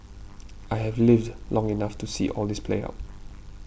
I have lived long enough to see all this play out